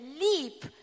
leap